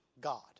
God